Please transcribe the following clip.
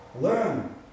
Learn